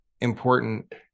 important